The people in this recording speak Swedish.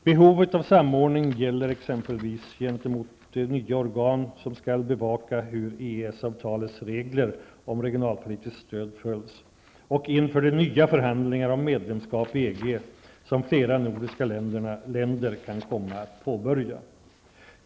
Behovet av samordning gäller exempelvis gentemot det nya organ som skall övervaka hur EES-avtalets regler om regionalpolitiskt stöd följs och inför de nya förhandlingar om medlemskap i EG som flera nordiska länder kan komma att påbörja.